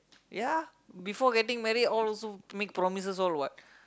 ya before getting married all also make promises all what